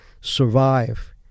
survive